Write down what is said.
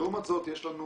לעומת זאת, יש לנו